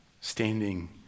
standing